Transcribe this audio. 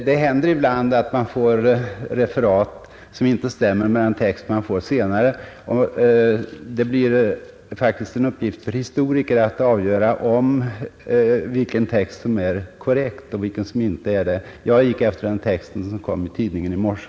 Det händer ibland att man får referat som inte stämmer med den text man får senare. Det blir faktiskt en uppgift för historiker att avgöra vilken text som är korrekt och vilken som inte är det. Jag gick efter den text som kom i tidningen i morse.